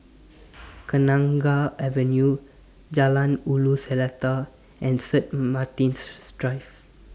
Kenanga Avenue Jalan Ulu Seletar and St Martin's Drive